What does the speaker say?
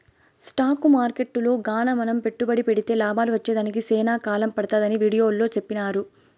stock మార్కెట్టులో గాన మనం పెట్టుబడి పెడితే లాభాలు వచ్చేదానికి సేనా కాలం పడతాదని వీడియోలో సెప్పినారు